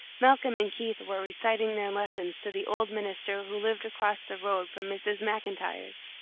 malcolm and keith were reciting their lessons to the old minister who lived across the road from mrs. macintyre's.